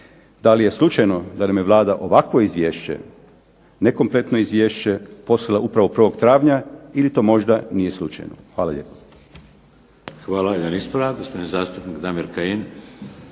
Da li je slučajno da nam je Vlada ovakvo izvješće, nekompletno izvješće poslala upravo 1. travnja ili to možda nije slučajno? Hvala lijepo. **Šeks, Vladimir (HDZ)** Hvala. Jedan ispravak, gosopdin zastupnik Damir Kajin.